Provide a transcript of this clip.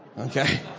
okay